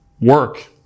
Work